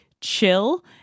chill